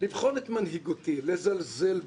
לבחון את מנהיגותי, לזלזל בה,